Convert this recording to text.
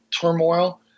turmoil